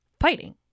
fighting